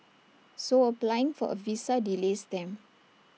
so applying for A visa delays them